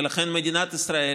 ולכן מדינת ישראל